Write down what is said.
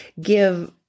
give